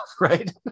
right